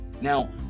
Now